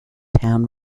town